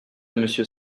monsieur